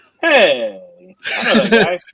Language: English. Hey